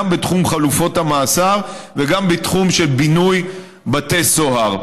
גם בתחום חלופות המאסר וגם בתחום של בינוי בתי סוהר.